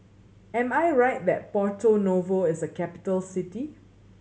am I right that Porto Novo is a capital city